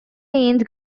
means